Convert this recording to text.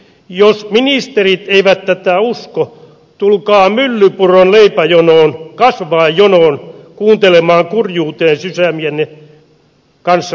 jos ministerit eivät tätä usko tulkaa myllypuron leipäjonoon kasvavaan jonoon kuuntelemaan kurjuuteen sysäämiänne kanssaihmisiänne